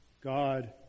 God